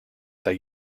they